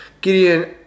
Gideon